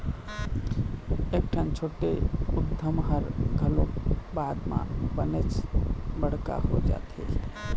कइठन छोटे उद्यम ह घलोक बाद म बनेच बड़का हो जाथे